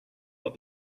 what